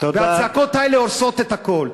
הצעקות האלה הורסות את הכול.